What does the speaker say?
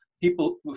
people